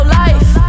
life